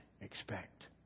expect